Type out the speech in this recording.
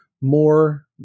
more